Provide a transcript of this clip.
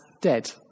dead